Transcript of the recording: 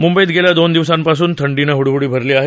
मुंबईत गेल्या दोन दिवसांपासून थंडीनं हडहडी भरली आहे